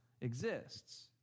exists